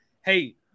hey